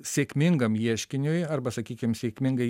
sėkmingam ieškiniui arba sakykim sėkmingai